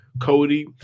Cody